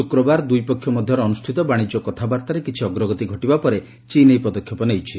ଶୁକ୍ରବାର ଦୁଇପକ୍ଷ ମଧ୍ୟରେ ଅନୁଷ୍ଠିତ ବାଣିଜ୍ୟ କଥାବାର୍ତ୍ତାରେ କିିିି ଅଗ୍ରଗତି ଘଟିବା ପରେ ଚୀନ୍ ଏହି ପଦକ୍ଷେପ ନେଇଛି